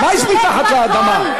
מה יש מתחת לאדמה?